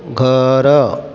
घर